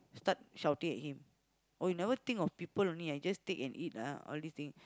start shouting at him oh you never think of people only [ah]you just take and eat ah all this thing